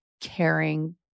caring